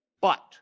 But-